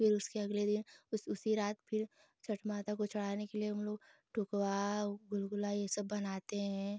फिर उसके अगले दिन उस उसी रात फिर छठ माता को चढ़ाने के लिए हमलोग ठकुआ गुलगुला यह सब बनाते हें